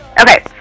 Okay